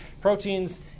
Proteins